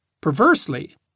Perversely